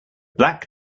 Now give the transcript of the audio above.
black